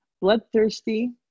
bloodthirsty